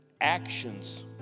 Actions